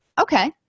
Okay